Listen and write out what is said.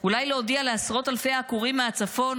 אולי להודיע לעשרות אלפי העקורים מהצפון